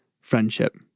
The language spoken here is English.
friendship